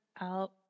out